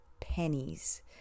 pennies